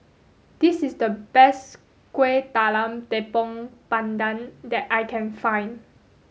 this is the best Kueh Talam Tepong Pandan that I can find